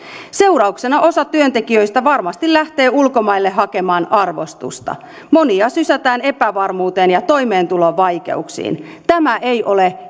seurauksena osa työntekijöistä varmasti lähtee ulkomaille hakemaan arvostusta monia sysätään epävarmuuteen ja toimeentulovaikeuksiin tämä ei ole